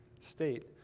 state